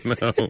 no